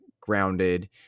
grounded